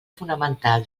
fonamental